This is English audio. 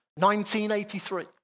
1983